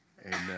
Amen